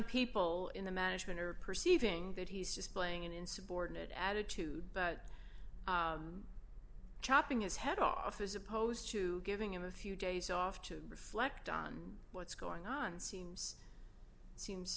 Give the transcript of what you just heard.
people in the management are perceiving that he's just playing an insubordinate attitude but chopping his head off as opposed to giving him a few days off to reflect on what's going on seems seems